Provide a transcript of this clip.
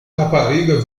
rapariga